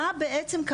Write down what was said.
מה בעצם,